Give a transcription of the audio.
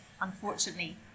Unfortunately